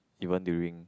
even during